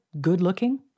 good-looking